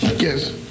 Yes